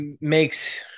makes –